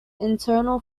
internal